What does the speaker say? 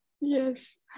Yes